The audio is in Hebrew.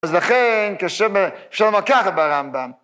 ‫אז לכן, כש... ‫אפשר לומר ככה ברמב״ם.